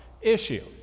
issue